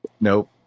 Nope